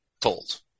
told